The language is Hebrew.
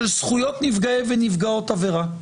של זכויות נפגעי ונפגעות עבירה,